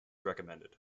recommended